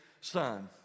son